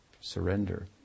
surrender